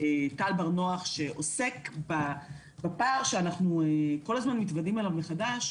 טל בר-נוח שעוסק בפער שאנחנו כל הזמן מתוודעים אליו מחדש,